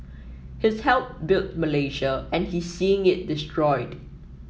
he's helped built Malaysia and he's seeing it destroyed